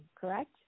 correct